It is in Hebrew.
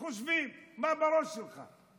חושבים: מה בראש שלך?